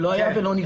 לא היה ולא נברא.